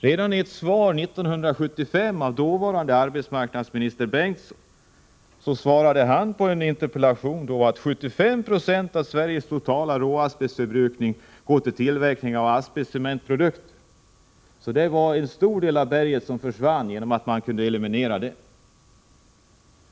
Redan i ett interpellationssvar 1975 sade dåvarande arbetsmarknadsminister Bengtsson att 75970 av Sveriges totala råasbestförbrukning går till tillverkning av asbestcementprodukter. En stor del av berget försvann genom att man kunde eliminera detta.